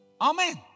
Amen